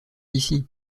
d’ici